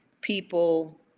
people